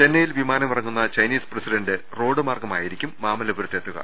ചെന്നൈയിൽ വിമാനമിറങ്ങുന്ന Chinese president റോഡ്മാർഗമായിരിക്കും മാമല്ലപുരത്ത് എത്തുക